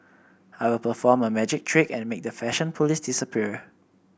I will perform a magic trick and make the fashion police disappear